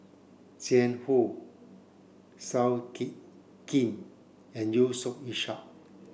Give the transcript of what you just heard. Jiang Hu Seow Ki Kin and Yusof Ishak